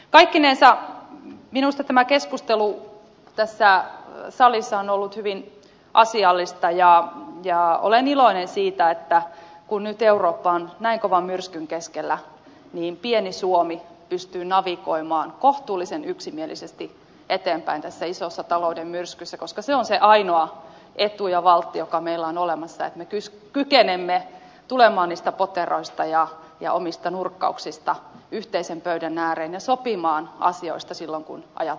kaikkinensa minusta tämä keskustelu tässä salissa on ollut hyvin asiallista ja olen iloinen siitä että kun nyt eurooppa on näin kovan myrskyn keskellä pieni suomi pystyy navigoimaan kohtuullisen yksimielisesti eteenpäin tässä isossa talouden myrskyssä koska se on se ainoa etu ja valtti joka meillä on olemassa että me kykenemme tulemaan niistä poteroista ja omista nurkkauksista yhteisen pöydän ääreen ja sopimaan asioista silloin kun pajat